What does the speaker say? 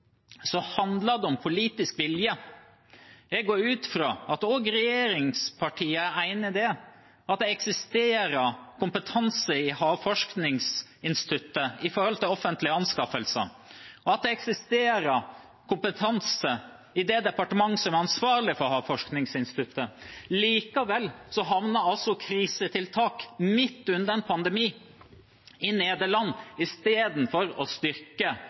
handler det om politisk vilje. Jeg går ut fra at regjeringspartiene også er enig i at det eksisterer kompetanse i Havforskningsinstituttet med tanke på offentlige anskaffelser, og at det eksisterer kompetanse i det departementet som er ansvarlig for Havforskningsinstituttet. Likevel havner krisetiltak midt under en pandemi i Nederland istedenfor å styrke